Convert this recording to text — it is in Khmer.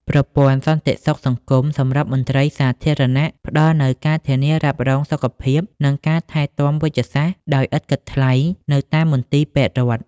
ប្រព័ន្ធសន្តិសុខសង្គមសម្រាប់មន្ត្រីសាធារណៈ ផ្តល់នូវការធានារ៉ាប់រងសុខភាព និងការថែទាំវេជ្ជសាស្ត្រដោយឥតគិតថ្លៃនៅតាមមន្ទីរពេទ្យរដ្ឋ។